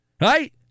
Right